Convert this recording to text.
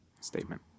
statement